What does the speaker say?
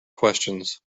questions